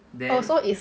oh so is